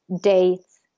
dates